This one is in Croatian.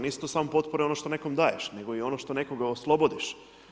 Nisu to samo potpore ono što nekom daješ, nego i ono što nekoga oslobodiš.